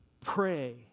pray